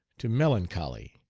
to melancholy,